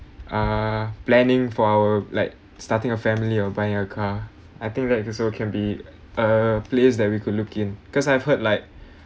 ah planning for our like starting a family or buying a car I think that it's also can be a place that we could look in cause I've heard like